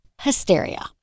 hysteria